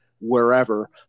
wherever